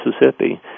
Mississippi